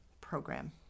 program